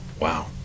Wow